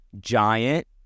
Giant